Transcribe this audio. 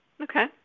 Okay